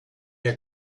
are